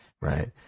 right